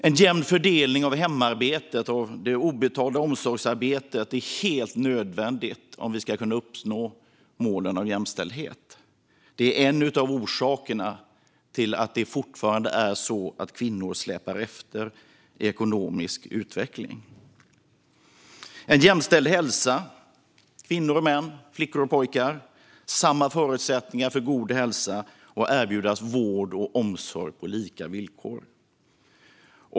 En jämn fördelning av det obetalda hem och omsorgsarbetet är helt nödvändig om vi ska kunna uppnå målen om jämställdhet. Den ojämna fördelningen är en av orsakerna till att kvinnor fortfarande släpar efter i ekonomisk utveckling. En jämställd hälsa behövs. Kvinnor och män och flickor och pojkar ska ha samma förutsättningar för en god hälsa och erbjudas vård och omsorg på lika villkor.